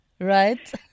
right